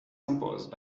composed